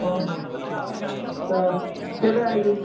ହଁ ହଁ ତ କେବେ ଆସିବି